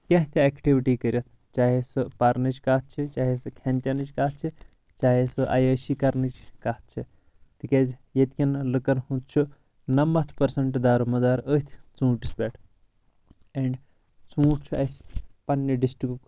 کینٛہہ تہِ اٮ۪کٹوٹی کٔرتھ چاہے سُہ پرنٕچ کتھ چھِ چاہے سُہ کھٮ۪ن چٮ۪نٕچ کتھ چھِ چاہے سُہ ایٚیٲشی کرنٕچ کتھ چھِ تِکیٛازِ ییٚتۍ کٮ۪ن لکن ہُنٛد چھُ نمتھ پٔرسنٛٹ دارمدار أتھۍ ژوٗنٛٹھس پٮ۪ٹھ اینڈ ژوٗنٛٹھ چھُ اسہِ پننہِ ڈِسٹرکُک